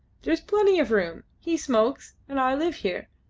there is plenty of room. he smokes, and i live here.